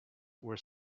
were